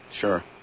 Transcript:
Sure